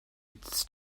it’s